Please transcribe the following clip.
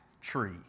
tree